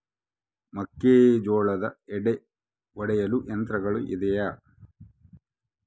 ಮೆಕ್ಕೆಜೋಳದ ಎಡೆ ಒಡೆಯಲು ಯಂತ್ರಗಳು ಇದೆಯೆ?